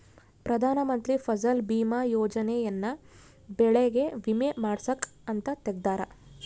ಪ್ರಧಾನ ಮಂತ್ರಿ ಫಸಲ್ ಬಿಮಾ ಯೋಜನೆ ಯನ್ನ ಬೆಳೆಗೆ ವಿಮೆ ಮಾಡ್ಸಾಕ್ ಅಂತ ತೆಗ್ದಾರ